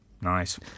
Nice